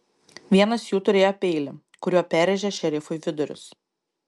vienas jų turėjo peilį kuriuo perrėžė šerifui vidurius